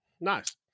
nice